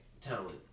talent